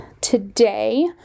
today